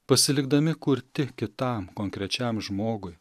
pasilikdami kurti kitam konkrečiam žmogui